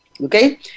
okay